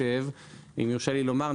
אם יורשה לי לומר,